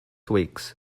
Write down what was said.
weeks